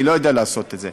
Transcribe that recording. אני לא יודע לעשות את זה.